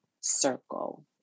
circle